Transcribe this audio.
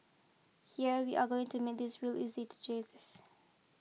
here we are going to make this real easy to